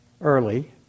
early